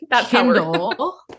Kindle